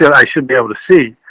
yeah i should be able to see,